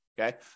Okay